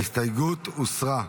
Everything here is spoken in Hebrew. ההסתייגות הוסרה.